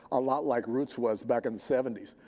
a lot like roots was back in the seventy s.